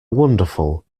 wonderful